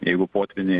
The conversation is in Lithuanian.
jeigu potvyniai